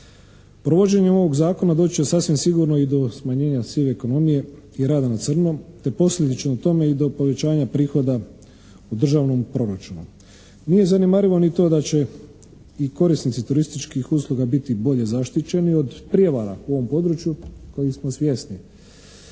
Provođenjem ovog zakona doći će do sasvim sigurno i do smanjenja sive ekonomije i rada na crno te posljedično tome i do povećanja prihoda u državnom proračunu. Nije zanemarivo ni to da će korisnici turističkih usluga biti bolje zaštićeni od prijevara u ovom području kojeg smo svjesni.